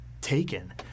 taken